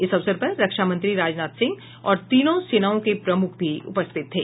इस अवसर पर रक्षा मंत्री राजनाथ सिंह और तीनों सेनाओं के प्रमुख भी उपस्थित थे